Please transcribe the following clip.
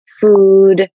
food